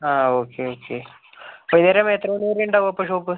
ആ okay okay വൈകുന്നേരം എത്ര മണിവരെയുണ്ടാകും അപ്പൊൾ ഷോപ്പ്